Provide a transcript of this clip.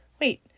wait